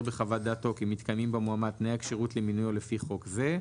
בחוות דעתו כי מתקיימים במועמד תנאי הכשירות למינויו לפי חוק זה,